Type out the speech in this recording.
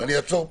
ואני אעצור פה.